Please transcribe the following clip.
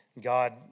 God